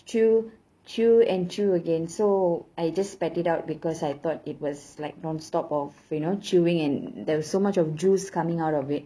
chew chew and chew again so I just spat it out because I thought it was like nonstop of you know chewing and there was so much of juice coming out of it